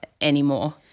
anymore